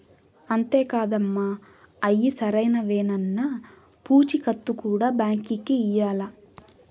అంతే కాదమ్మ, అయ్యి సరైనవేనన్న పూచీకత్తు కూడా బాంకీకి ఇయ్యాల్ల